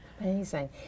Amazing